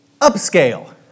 upscale